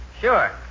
Sure